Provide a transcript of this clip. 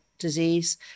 disease